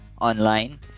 online